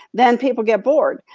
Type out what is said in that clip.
then people get bored.